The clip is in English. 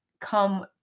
come